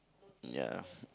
ya